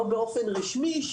לא באופן רשמי,